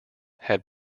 had